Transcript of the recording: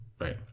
right